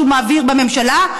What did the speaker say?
שהוא מעביר בממשלה,